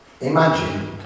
Imagine